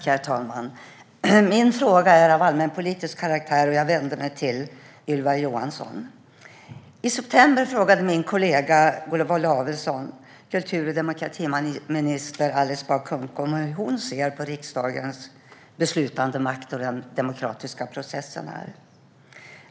Herr talman! Min fråga är av allmänpolitisk karaktär, och jag vänder mig till Ylva Johansson. I september frågade min kollega Olof Lavesson kultur och demokratiminister Alice Bah Kuhnke hur hon ser på riksdagens beslutandemakt och den demokratiska processen här.